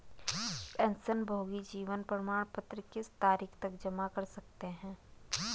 पेंशनभोगी जीवन प्रमाण पत्र किस तारीख तक जमा कर सकते हैं?